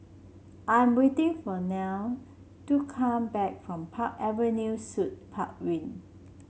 I'm waiting for Nile to come back from Park Avenue Suite Park Wing